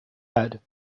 head